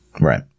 Right